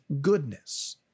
goodness